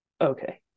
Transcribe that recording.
okay